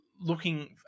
looking